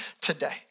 today